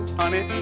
honey